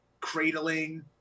cradling